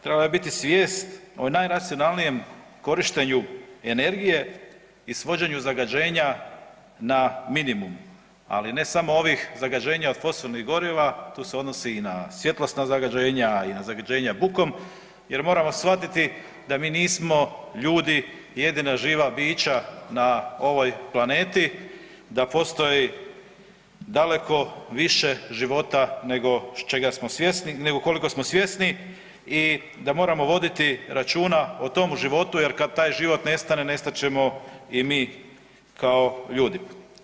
Trebala bi biti svijest o najracionalnijem korištenju energije i svođenju zagađenja na minimum, ali ne samo ovih zagađenja od fosilnih goriva, to se odnosi i na svjetlosna zagađenja i na zagađenja bukom jer moramo shvatiti da mi nismo ljudi jedina živa bića na ovoj planeti da postoji daleko više života nego čega smo svjesni, nego koliko smo svjesni i da moramo voditi računa o tom životu jer kad taj život nestane nestat ćemo i mi kao ljudi.